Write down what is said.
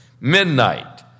Midnight